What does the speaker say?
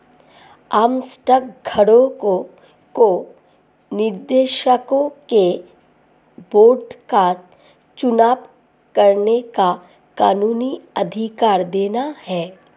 आम स्टॉक धारकों को निर्देशकों के बोर्ड का चुनाव करने का कानूनी अधिकार देता है